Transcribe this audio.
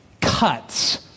cuts